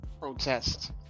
Protest